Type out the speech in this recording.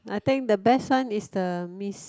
I think the best one is the miss